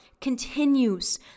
continues